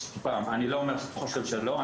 אני לא חושב שלא.